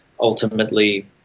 ultimately